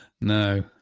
No